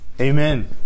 Amen